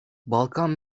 balkan